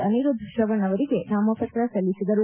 ಅನಿರುದ್ದ್ ಶ್ರವಣ್ ಅವರಿಗೆ ನಾಮಪತ್ರ ಸಲ್ಲಿಸಿದರು